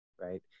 right